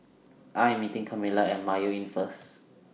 I Am meeting Kamila At Mayo Inn First